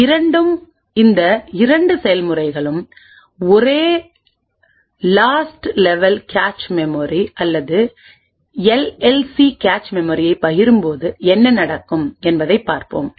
இரண்டும் இந்த இரண்டு செயல்முறைகளும் ஒரேலாஸ்ட் லெவல் கேச் மெமரி அல்லது எல்எல்சி கேச் மெமரியைப் பகிரும்போது என்ன நடக்கும் என்பதைப் பார்ப்போம்